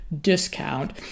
discount